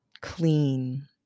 clean